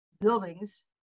buildings